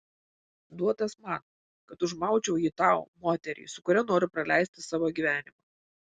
duotas man kad užmaučiau jį tau moteriai su kuria noriu praleisti savo gyvenimą